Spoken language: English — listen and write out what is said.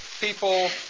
people